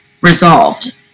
resolved